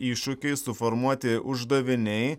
iššūkiai suformuoti uždaviniai